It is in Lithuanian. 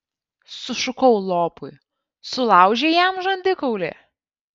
sušukau lopui sulaužei jam žandikaulį